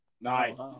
Nice